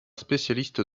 spécialiste